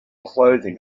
clothing